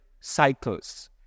cycles